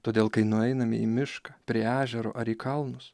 todėl kai nueiname į mišką prie ežero ar į kalnus